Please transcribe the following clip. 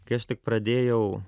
kai aš tik pradėjau